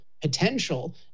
potential